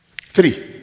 Three